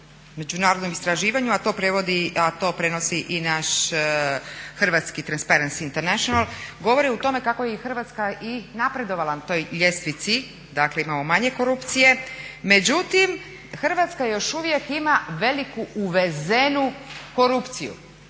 međunarodnom istraživanju a to prenosi i naš Hrvatski transparency international govori o tome kako je Hrvatska i napredovala na toj ljestvici, dakle imamo manje korupcije, međutim Hrvatska još uvijek ima veliku uvezenu korupciju.